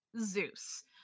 Zeus